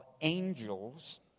angels